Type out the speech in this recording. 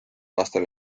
aastal